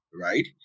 right